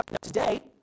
today